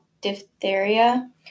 diphtheria